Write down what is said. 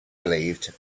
believed